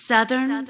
Southern